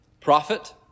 Prophet